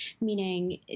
meaning